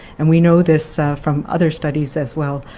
and we know this from other studies as well,